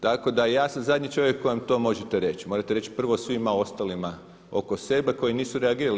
Tako da ja sam zadnji čovjek kojem to možete reći, morate reći prvo svima ostalima oko sebe koji nisu reagirali.